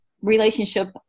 relationship